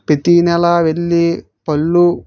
ప్రతి నెల వెళ్ళి పళ్ళు